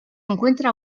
encuentra